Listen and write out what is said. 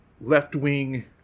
left-wing